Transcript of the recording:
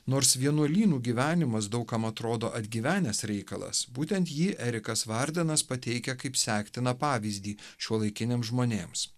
nors vienuolynų gyvenimas daug kam atrodo atgyvenęs reikalas būtent jį erikas vardenas pateikia kaip sektiną pavyzdį šiuolaikiniams žmonėms